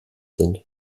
sind